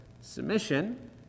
Submission